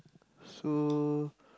so